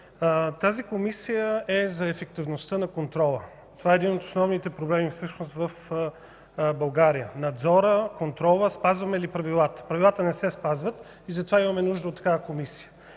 Тази Комисия е за ефективността на контрола. Това всъщност е един от основните проблеми в България – надзорът, контролът, спазваме ли правилата. Правилата не се спазват, затова имаме нужда от тази Комисия.